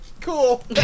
cool